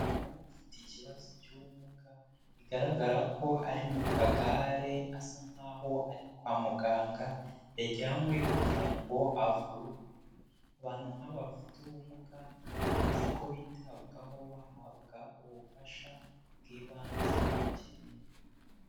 Umuntu ufite ikibazo cy'ubumuga bigaragara ko ari mu kagare asa nkaho ari kwa muganga, yajyanywe kugirango avurwe, abantu nk'aba bafite ubumuga ni byiza ko bitabwaho bahabwa ubufasha bw'ibanze bakeneye.